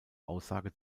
aussage